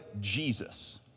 Jesus